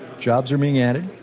jobs are being added.